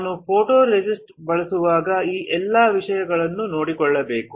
ನಾವು ಫೋಟೊರೆಸಿಸ್ಟ್ ಬಳಸುವಾಗ ಈ ಎಲ್ಲ ವಿಷಯಗಳನ್ನು ನೋಡಿಕೊಳ್ಳಬೇಕು